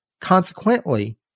Consequently